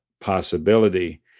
possibility